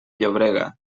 llobrega